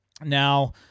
Now